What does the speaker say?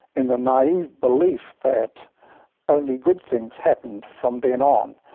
in the naive belief that only good things happened from then on,